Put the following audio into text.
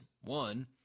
One